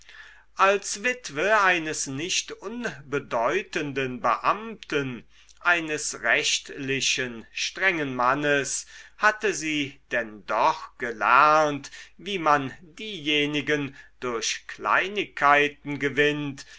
als witwe eines nicht unbedeutenden beamten eines rechtlichen strengen mannes hatte sie denn doch gelernt wie man diejenigen durch kleinigkeiten gewinnt